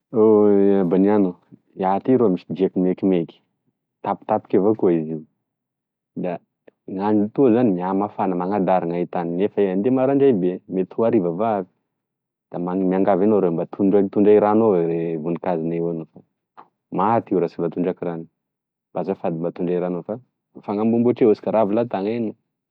Aban'iano iaho ty rô misy diako mekimeky tampotampoky avao koe izy io da gn'andro toa zany miamafana manadary gn'aitany nefa ay andeha maraindray be mety ho ariva va avy da miangavy anao rô mba tondray- tondray rano avao e vonikazonay io maty io raha sy voatondraky rano f'azafady mba tondray rano fa mifanamboamboatry eo asika ra avilao tany eky.